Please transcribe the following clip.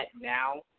now